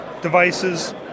devices